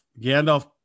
Gandalf